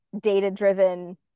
data-driven